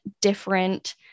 different